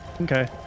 Okay